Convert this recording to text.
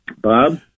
Bob